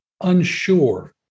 unsure